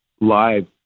live